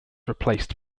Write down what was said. replaced